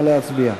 נא להצביע.